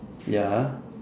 ya